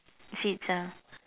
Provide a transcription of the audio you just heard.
seats ah